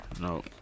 No